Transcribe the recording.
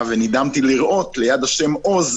שלי שהייתה מרופטת ונדהמתי לראות שליד השם עוז,